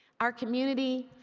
our community,